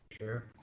sure